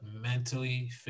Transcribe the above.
mentally